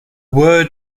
word